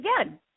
again